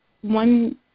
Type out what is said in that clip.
one